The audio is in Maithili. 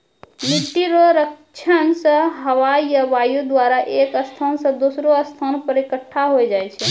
मिट्टी रो क्षरण मे हवा या वायु द्वारा एक स्थान से दोसरो स्थान पर इकट्ठा होय जाय छै